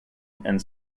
and